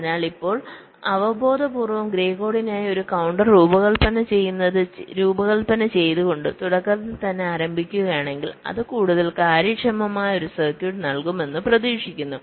അതിനാൽ ഇപ്പോൾ അവബോധപൂർവ്വം ഗ്രേ കോഡിനായി ഒരു കൌണ്ടർ രൂപകൽപന ചെയ്തുകൊണ്ട് തുടക്കത്തിൽ തന്നെ ആരംഭിക്കുകയാണെങ്കിൽ അത് കൂടുതൽ കാര്യക്ഷമമായ ഒരു സർക്യൂട്ട് നൽകുമെന്ന് പ്രതീക്ഷിക്കുന്നു